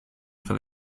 for